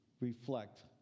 reflect